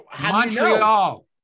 Montreal